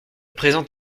présent